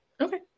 Okay